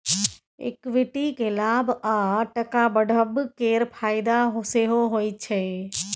equity केँ लाभ आ टका बढ़ब केर फाएदा सेहो होइ छै